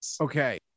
Okay